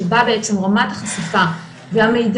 שבה בעצם רמת החשיפה והמידע,